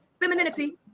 femininity